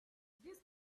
this